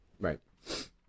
Right